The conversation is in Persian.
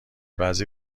بعضی